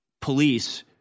police